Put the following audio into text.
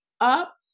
up